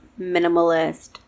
minimalist